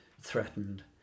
threatened